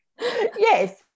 Yes